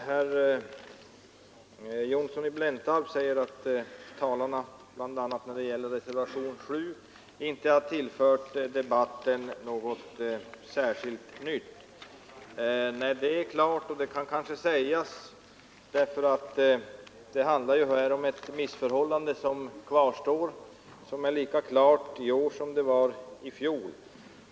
Herr talman! Herr Johnsson i Blentarp säger att talarna inte har tillfört debatten något särskilt nytt, bl.a. i vad gäller reservationen 7. Det är klart — för det handlar här om ett förhållande som kvarstår och som är lika klart i år som det var i fjol.